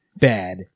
bad